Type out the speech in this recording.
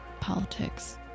politics